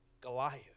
Goliath